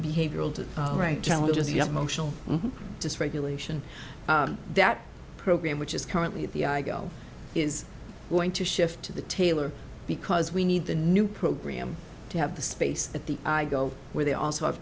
behavioral to right challenges yes motional dysregulation that program which is currently at the i go is going to shift to the taylor because we need the new program to have the space at the go where they also have